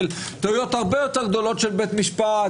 טעויות הרבה יותר גדולות של בית משפט,